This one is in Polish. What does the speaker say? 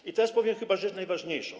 I teraz powiem chyba rzecz najważniejszą.